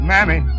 Mammy